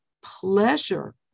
pleasure